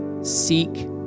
seek